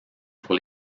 pour